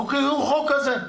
חוקקו חוק כזה,